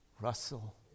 Russell